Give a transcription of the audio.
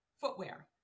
footwear